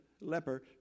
leper